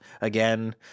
again